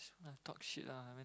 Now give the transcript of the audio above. talk shit lah I mean